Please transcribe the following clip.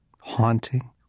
haunting